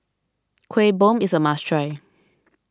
Kueh Bom is a must try